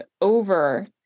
over